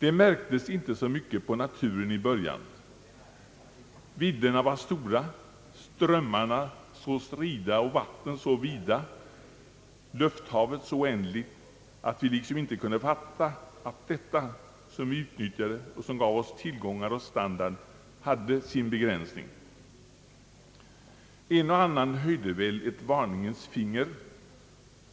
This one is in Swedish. Det märktes inte så mycket på naturen i början; vidderna var så stora, strömmarna så strida och vattnen så vida, lufthavet så oändligt, att vi liksom inte kunde fatta att allt detta, som vi utnyttjade och som gav oss tillgångar och standard, hade sin begränsning. En och annan höjde väl ett varningens finger,